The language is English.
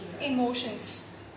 emotions